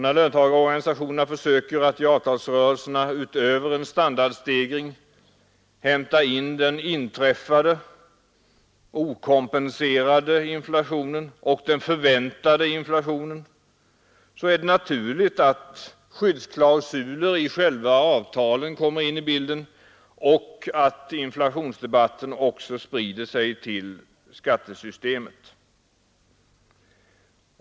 När löntagarorganisationerna försöker att i avtalsrörelserna, utöver en standardstegring, hämta in den inträffade okompenserade inflationen och den förväntade inflationen är det naturligt att skyddsklausuler i själva avtalet kommer in i bilden och att inflationsdebatten också sprider sig till skattesystemet.